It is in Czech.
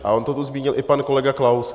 A on to tu zmínil i pan kolega Klaus.